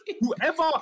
whoever